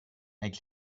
avec